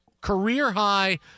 Career-high